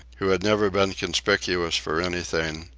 who had never been conspicuous for anything,